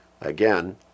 Again